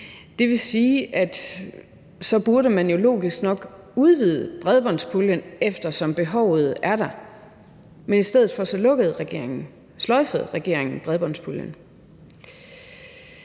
Det vil sige, at man så logisk nok burde udvide bredbåndspuljen, eftersom behovet er der, men i stedet for sløjfede regeringen bredbåndspuljen.